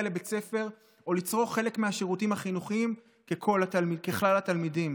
לבית ספר או לצרוך חלק מהשירותים החינוכיים ככלל התלמידים.